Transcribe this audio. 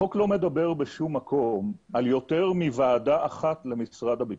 החוק לא מדבר בשום מקום על יותר מוועדה אחת למשרד הביטחון,